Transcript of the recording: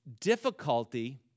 difficulty